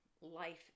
life